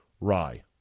Rye